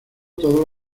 todos